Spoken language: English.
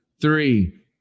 three